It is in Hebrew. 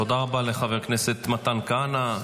תודה רבה לחבר הכנסת מתן כהנא.